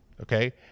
Okay